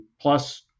plus